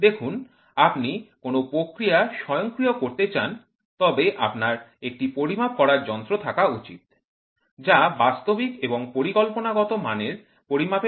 দেখুন আপনি কোনও প্রক্রিয়া স্বয়ংক্রিয় করতে চান তবে আপনার একটি পরিমাপ করার যন্ত্র থাকা উচিত যা বাস্তবিক এবং পরিকল্পনাগত মানের পরিমাপের মধ্যে পার্থক্য গণনা করতে পারে